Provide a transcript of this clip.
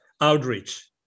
outreach